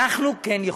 אנחנו כן יכולים.